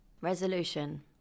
Resolution